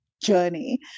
journey